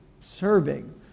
Serving